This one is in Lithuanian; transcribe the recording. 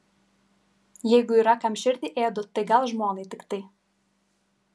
jeigu yra kam širdį ėdu tai gal žmonai tiktai